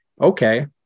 Okay